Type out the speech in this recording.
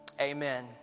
amen